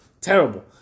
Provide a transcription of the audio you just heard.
terrible